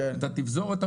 את התפזורת,